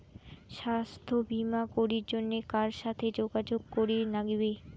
স্বাস্থ্য বিমা করির জন্যে কার সাথে যোগাযোগ করির নাগিবে?